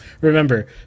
Remember